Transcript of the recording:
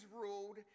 ruled